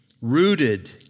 rooted